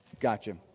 Gotcha